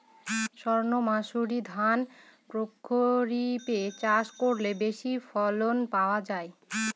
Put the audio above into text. সর্ণমাসুরি ধান প্রক্ষরিপে চাষ করলে বেশি ফলন পাওয়া যায়?